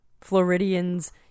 Floridian's